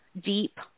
deep